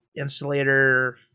insulator